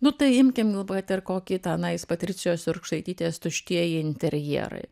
nu tai imkim nu kad ir kokį ten jis patricijos jurkšaitytės tuštieji interjerai